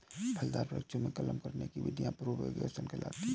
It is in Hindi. फलदार वृक्षों में कलम करने की विधियां प्रोपेगेशन कहलाती हैं